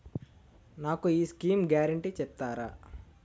నాకు ఈ schemes guarantee చెప్తారా?